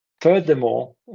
Furthermore